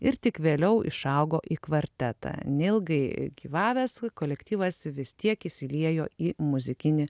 ir tik vėliau išaugo į kvartetą neilgai gyvavęs kolektyvas vis tiek įsiliejo į muzikinį